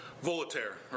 Voltaire